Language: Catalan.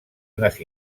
unes